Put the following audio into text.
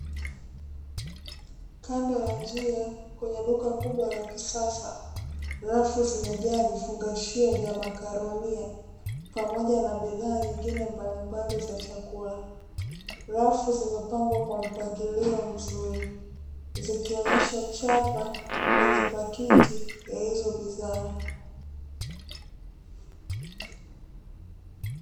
kando ya njia kwenye duka kubwa la kisasa rafu zimejaa vifungashio vya makaronia, pamoja na bidhaa nyingine mbalimbali za chakula, rafu zimepangwa kwa mpangilio mzuri zikionyesha chapa kwenye pakiti ya hizo bidhaa .